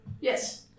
Yes